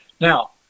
Now